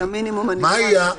את המינימום הנדרש מהם.